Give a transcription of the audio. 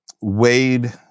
Wade